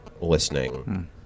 listening